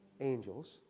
angels